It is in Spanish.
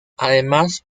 además